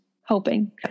hoping